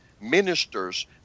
ministers